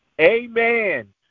Amen